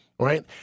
Right